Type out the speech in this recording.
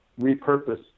repurpose